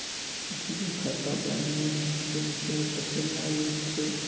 Zero खाता balance संख्या कतला लगते?